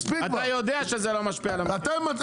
סיימנו?